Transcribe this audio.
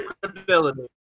credibility